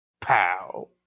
pow